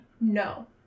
No